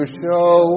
show